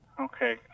Okay